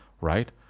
right